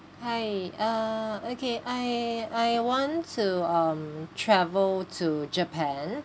hi uh okay I I want to um travel to japan